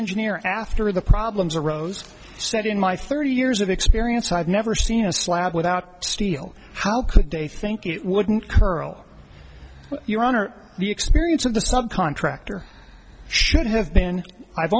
engineer after the problems arose said in my thirty years of experience i've never seen a slab without steel how could they think it wouldn't curl your honor the experience of the subcontractor should have been i've